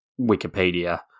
Wikipedia